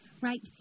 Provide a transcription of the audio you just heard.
right